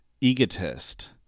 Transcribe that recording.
egotist